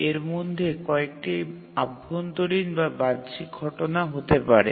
এর মধ্যে কয়েকটি অভ্যন্তরীণ বা বাহ্যিক ঘটনা হতে পারে